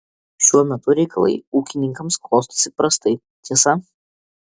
šiuo metu reikalai ūkininkams klostosi prastai tiesa